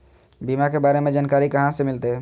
बीमा के बारे में जानकारी कहा से मिलते?